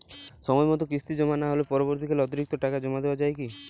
সময় মতো কিস্তি জমা না হলে পরবর্তীকালে অতিরিক্ত টাকা জমা দেওয়া য়ায় কি?